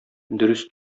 дөрес